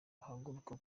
bahaguruka